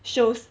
shows